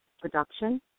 production